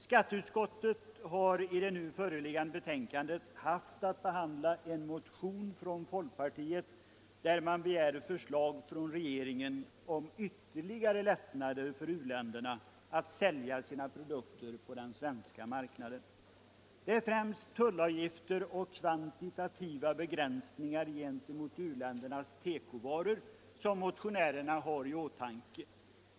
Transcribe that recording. Skatteutskottet har i det nu föreliggande betänkandet haft att behandla en motion från folkpartiet, där det begärs ett förslag från regeringen om ytterligare lättnader för u-ländernas försäljning produkter på den svenska marknaden. Det är främst tullavgifter och kvantitativa begränsningar gentemot u-ländernas tekovaror som motionärerna har haft i åtanke.